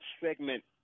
segment